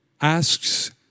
asks